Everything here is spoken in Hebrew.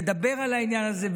לדבר על העניין הזה.